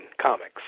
Comics